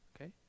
okay